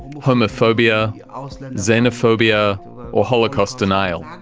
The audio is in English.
homophobia, ah so xenophobia or holocaust denial.